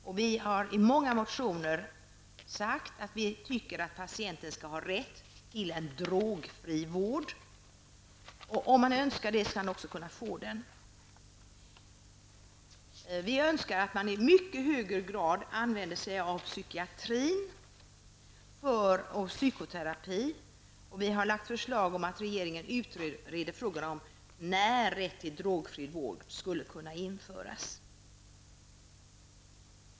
Miljöpartiet har i många motioner sagt att vi tycker att patienten skall ha rätt till en drogfri vård. Patienter som önskar det skall också kunna få den. Vi önskar att man i mycket högre grad använder sig av psykiatri och psykoterapi, och vi har framlagt förslag att regeringen utreder frågan om när rätt till drogfri vård skulle kunna införas.